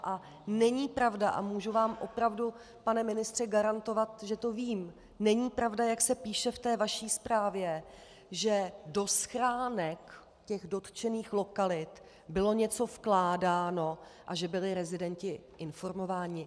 A není pravda a můžu vám opravdu, pane ministře garantovat, že to vím, není pravda, jak se píše v té vaší zprávě, že do schránek dotčených lokalit bylo něco vkládáno a že byli rezidenti informováni.